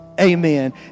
Amen